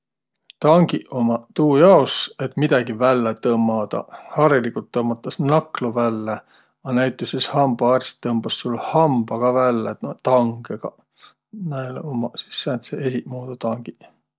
Tangiq ummaq tuu jaos, et midägi vällä tõmmadaq. Hariligult tõmmatas naklu vällä, a näütüses hambaarst tõmbas sul hamba ka vällä no- tangõgaq. Näil ummaq sis sääntseq esiqmuudu tangiq.